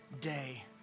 day